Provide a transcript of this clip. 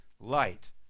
light